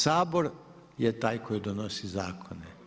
Sabor je taj koji donosi zakone.